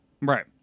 Right